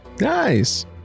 Nice